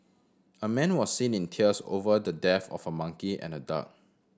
a man was seen in tears over the death of a monkey and a duck